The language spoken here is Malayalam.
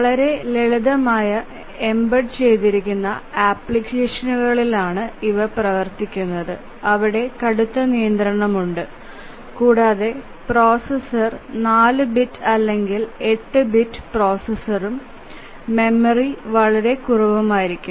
വളരെ ലളിതമായ എംബഡ് ചെയ്ത ആപ്ലിക്കേഷനുകളിലാണ് ഇവ പ്രവർത്തിക്കുന്നത് അവിടെ കടുത്ത നിയന്ത്രണമുണ്ട് കൂടാതെ പ്രോസസർ 4 ബിറ്റ് അല്ലെങ്കിൽ 8 ബിറ്റ് പ്രോസസ്സറും മെമ്മറി വളരെ കുറവാണ്